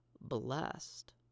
blessed